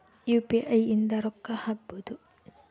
UPI ಇಂದ ರೊಕ್ಕ ಹಕ್ಬೋದು